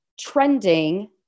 trending